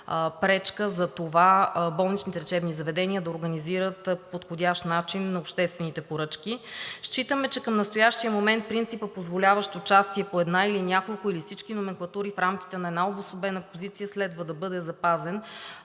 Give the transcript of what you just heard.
пречка за това болничните лечебни заведения да организират по подходящ начин обществените поръчки. Считаме, че към настоящия момент принципът, позволяващ участие по една или няколко или всички номенклатури в рамките на една обособена позиция, следва да бъде запазен,